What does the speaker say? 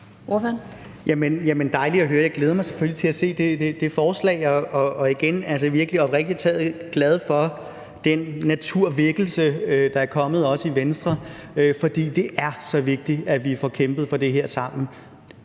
Det er dejligt at høre. Jeg glæder mig selvfølgelig til at se det forslag, og igen vil jeg sige, at jeg oprigtig talt er glad for den naturvækkelse, der er kommet også i Venstre. For det er så vigtigt, at vi får kæmpet for det her sammen.